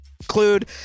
include